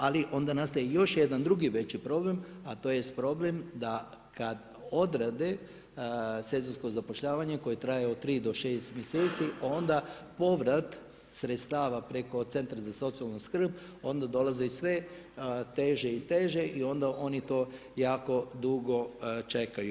Ali onda nastaje još jedan drugi veći problem, a to je problem, da kad odrade sezonsko zapošljavanje koje traje 3-6 mjeseci onda povrat sredstava preko centra za socijalnu skrb onda dolazi sve teže i teže i onda oni to jako dugo čekaju.